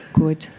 good